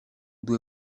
due